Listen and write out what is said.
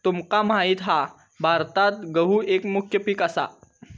तुमका माहित हा भारतात गहु एक मुख्य पीक असा